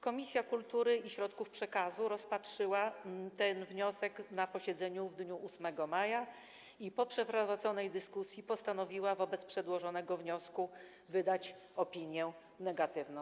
Komisja Kultury i Środków Przekazu rozpatrzyła ten wniosek na posiedzeniu w dniu 8 maja i po przeprowadzonej dyskusji postanowiła wobec przedłożonego wniosku wydać opinię negatywną.